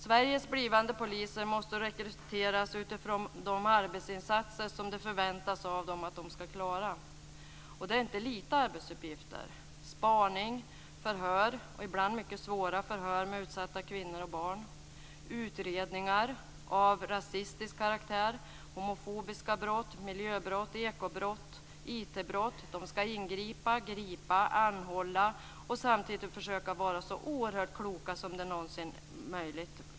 Sveriges blivande poliser måste rekryteras utifrån de arbetsinsatser som det förväntas av dem att de ska klara. Och det är inte lite arbetsuppgifter - spaning, förhör, ibland mycket svåra förhör med utsatta kvinnor och barn, utredningar av rasistisk karaktär, av homofobiska brott, miljöbrott, ekobrott, IT-brott. Poliserna ska ingripa, gripa, anhålla och samtidigt försöka vara så oerhört kloka som det någonsin är möjligt.